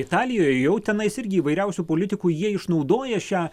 italijoj jau tenais irgi įvairiausių politikų jie išnaudoja šią